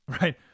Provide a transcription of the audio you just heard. Right